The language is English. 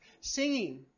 singing